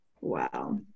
wow